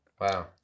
Wow